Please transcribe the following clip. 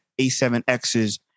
A7Xs